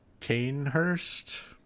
Canehurst